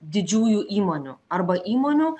didžiųjų įmonių arba įmonių